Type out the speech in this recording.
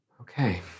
Okay